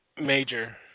Major